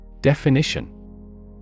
Definition